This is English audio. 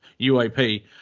UAP